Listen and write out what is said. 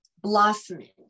blossoming